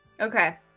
Okay